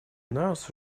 нас